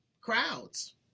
crowds